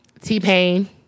T-Pain